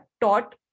taught